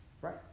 right